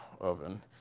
oven